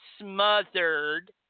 Smothered